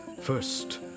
First